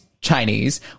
Chinese